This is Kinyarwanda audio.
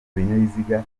ibinyabiziga